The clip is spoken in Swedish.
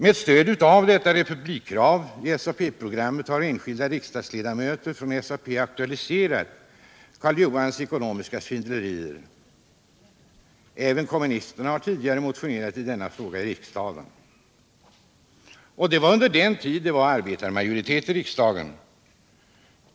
Med stöd av republikkravet i SAP-programmet har enskilda riksdagsledamöter från SAP aktualiserat Karl Johans ekonomiska svindlerier. Även kommunisterna har tidigare motionerat i denna fråga i riksdagen. Det var under den tid då det fanns s.k. arbetarmajoritet i riksdagen.